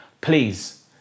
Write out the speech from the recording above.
please